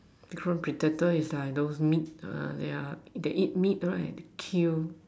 different predator is like those meat uh yeah they eat meat right they kill